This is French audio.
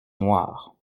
noires